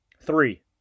Three